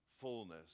fullness